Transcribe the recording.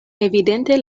evidente